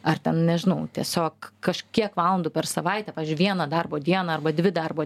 ar ten nežinau tiesiog kažkiek valandų per savaitę pavyzdžiui vieną darbo dieną arba dvi darbo